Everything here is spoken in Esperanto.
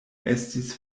estis